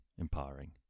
empowering